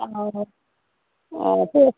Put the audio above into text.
অঁ অঁ অঁ ঠিক আছে